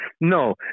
No